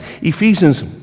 Ephesians